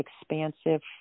expansive